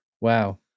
wow